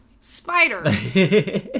spiders